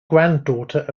granddaughter